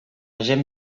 gent